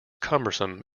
cumbersome